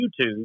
YouTube